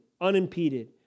unimpeded